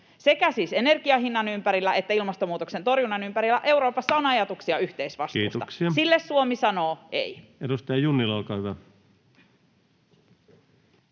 Sekä siis energian hinnan ympärillä että ilmastonmuutoksen torjunnan ympärillä Euroopassa on ajatuksia yhteisvastuusta. Sille Suomi sanoo ei. [Speech 50] Speaker: